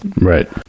Right